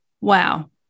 Wow